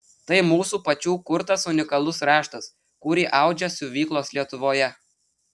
tai mūsų pačių kurtas unikalus raštas kurį audžia siuvyklos lietuvoje